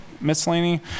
miscellany